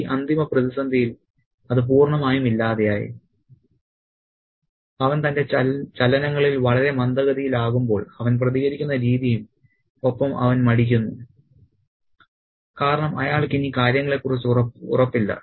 ഈ അന്തിമ പ്രതിസന്ധിയിൽ അത് പൂർണ്ണമായും ഇല്ലാതായി അവൻ തന്റെ ചലനങ്ങളിൽ വളരെ മന്ദഗതിയിലാകുമ്പോൾ അവൻ പ്രതികരിക്കുന്ന രീതിയും ഒപ്പം അവൻ മടിക്കുന്നു കാരണം അയാൾക്ക് ഇനി കാര്യങ്ങളെക്കുറിച്ച് ഉറപ്പില്ല